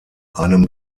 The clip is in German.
einem